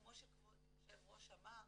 כמו שכבוד היושב-ראש אמר,